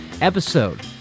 episode